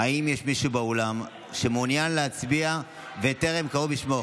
האם יש מישהו באולם שמעוניין להצביע וטרם קראו בשמו?